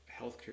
healthcare